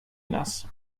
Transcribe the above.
nas